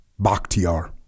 Bakhtiar